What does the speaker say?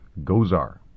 Gozar